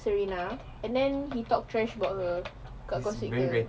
serena and then he talk trash about her dekat gossip girl